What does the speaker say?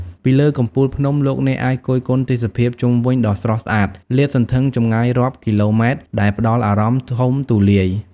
ពីលើកំពូលភ្នំ លោកអ្នកអាចគយគន់ទេសភាពជុំវិញដ៏ស្រស់ស្អាតលាតសន្ធឹងចម្ងាយរាប់គីឡូម៉ែត្រដែលផ្តល់អារម្មណ៍ធំទូលាយ។